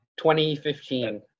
2015